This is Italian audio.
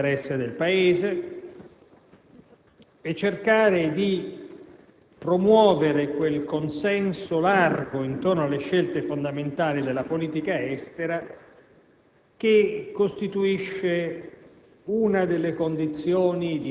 Tale scambio è vitale per individuare l'interesse del Paese e cercare di promuovere quel consenso largo intorno alle scelte fondamentali della politica estera